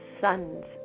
sons